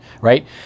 right